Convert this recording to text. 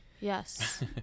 Yes